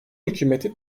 hükümeti